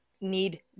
need